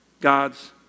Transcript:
God's